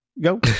go